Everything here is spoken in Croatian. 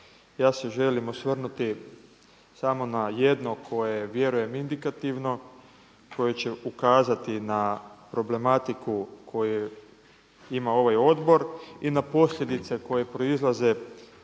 Ja se želim osvrnuti samo na jedno koje je vjerujem indikativno, koje će ukazati na problematiku koju ima ovaj odbor i na posljedice koje proizlaze